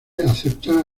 acepta